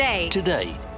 Today